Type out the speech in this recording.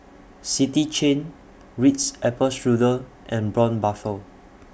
City Chain Ritz Apple Strudel and Braun Buffel